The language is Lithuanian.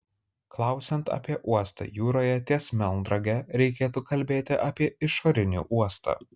klausiant apie uostą jūroje ties melnrage reikėtų kalbėti apie išorinį uostą